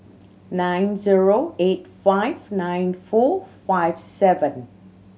nine zero eight five nine four five seven